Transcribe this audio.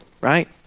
right